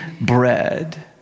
bread